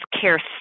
care